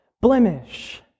blemish